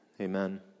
Amen